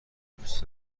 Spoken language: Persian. دوست